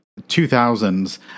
2000s